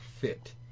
fit